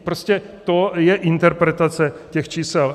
Prostě to je interpretace těch čísel.